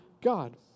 God